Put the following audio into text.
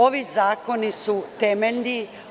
Ovi zakoni su temeljni.